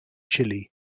chile